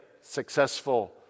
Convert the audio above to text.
successful